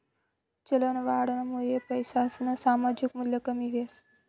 चलनवाढनामुये पैसासनं सामायिक मूल्य कमी व्हस